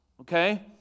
okay